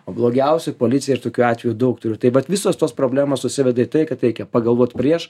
o blogiausia policija ir tokių atvejų daug turi taip vat visos tos problemos susiveda į tai kad reikia pagalvot prieš